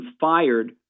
fired